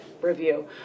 review